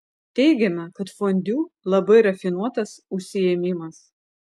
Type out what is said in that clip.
teigiama kad fondiu labai rafinuotas užsiėmimas